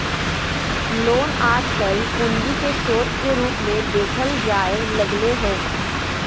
loan आजकल पूंजी के स्रोत के रूप मे देखल जाय लगलय हें